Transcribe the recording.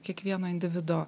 kiekvieno individo